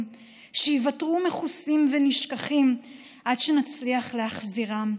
שייוותרו מכוסים ונשכחים עד שנצליח להזכירם.